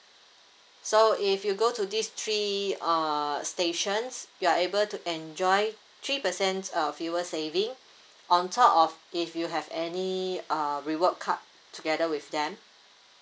so if you go to these three uh stations you are able to enjoy three percent of fuel saving on top of if you have any uh reward card together with them